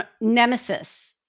Nemesis